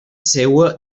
seua